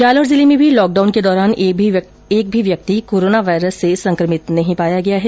जालौर जिले में भी लोक डाउन के दौरान एक भी व्यक्ति कोरोना वायरस से संक्रमित नही है